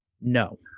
No